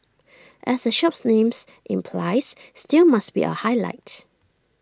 as the shop's names implies stew must be A highlight